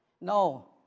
No